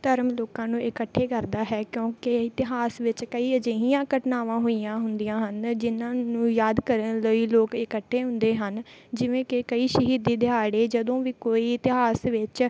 ਧਰਮ ਲੋਕਾਂ ਨੂੰ ਇਕੱਠੇ ਕਰਦਾ ਹੈ ਕਿਉਂਕਿ ਇਤਿਹਾਸ ਵਿੱਚ ਕਈ ਅਜਿਹੀਆਂ ਘਟਨਾਵਾਂ ਹੋਈਆਂ ਹੁੰਦੀਆਂ ਹਨ ਜਿਨ੍ਹਾਂ ਨੂੰ ਯਾਦ ਕਰਨ ਲਈ ਲੋਕ ਇਕੱਠੇ ਹੁੰਦੇ ਹਨ ਜਿਵੇਂ ਕਿ ਕਈ ਸ਼ਹੀਦੀ ਦਿਹਾੜੇ ਜਦੋਂ ਵੀ ਕੋਈ ਇਤਿਹਾਸ ਵਿੱਚ